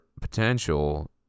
potential